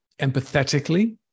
empathetically